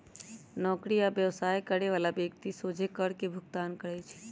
नौकरी आ व्यवसाय करे बला व्यक्ति सोझे कर के भुगतान करइ छै